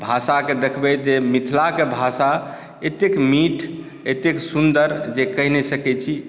भाषाक देखबै जे मिथिलाके भाषा एतेक मीठ एतेक सुन्दर जे कहि नहि सकै छी